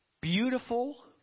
beautiful